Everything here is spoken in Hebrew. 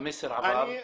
המסר עבר.